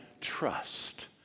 trust